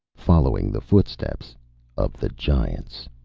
following the footsteps of the giants.